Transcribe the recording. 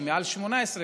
שהיא מעל גיל 18,